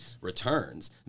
returns